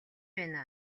байна